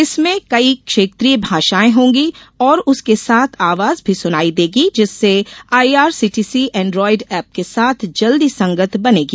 इसमें कई क्षेत्रीय भाषाएं होंगी और उसके साथ आवाज भी सुनायी देगी जिससे आईआरसीटीसी एंड्रॉयड ऐप के साथ जल्दी संगत बनेगी